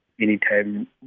anytime